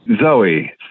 Zoe